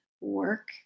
work